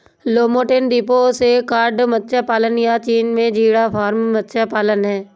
Lofoten द्वीपों से cod मत्स्य पालन, या चीन में झींगा फार्म मत्स्य पालन हैं